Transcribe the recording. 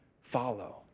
follow